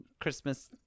Christmas